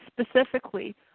specifically